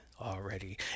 already